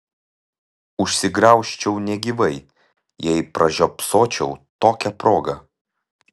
užsigraužčiau negyvai jei pražiopsočiau tokią progą